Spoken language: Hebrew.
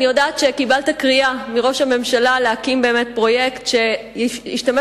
אני יודעת שקיבלת קריאה מראש הממשלה להקים פרויקט שישתמש